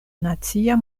nacia